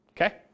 Okay